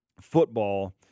football